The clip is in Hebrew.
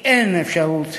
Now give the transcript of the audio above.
כי אין אפשרות